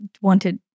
wanted